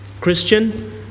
Christian